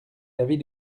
l’avis